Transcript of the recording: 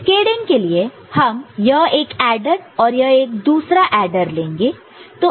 cascading के लिए हम यह एक एडर और एक दूसरा एडर लेंगे